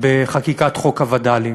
בחקיקת חוק הווד"לים.